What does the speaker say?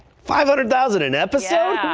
five hundred thousand and episode.